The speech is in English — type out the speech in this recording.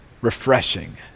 refreshing